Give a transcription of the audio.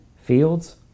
Fields